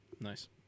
Nice